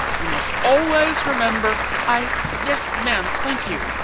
you must always remember i yes, ma'am, thank you.